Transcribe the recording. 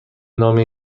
نامه